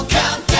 Countdown